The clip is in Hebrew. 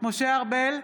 משה ארבל,